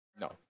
No